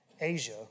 Asia